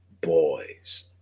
boys